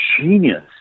genius